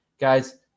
Guys